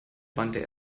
wandte